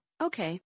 Okay